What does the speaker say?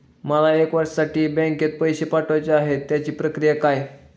मला एक वर्षासाठी बँकेत पैसे ठेवायचे आहेत त्याची प्रक्रिया काय?